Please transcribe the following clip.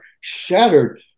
shattered